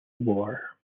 war